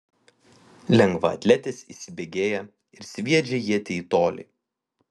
lengvaatletis įsibėgėja ir sviedžia ietį į tolį